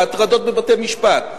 ההטרדות בבתי-משפט,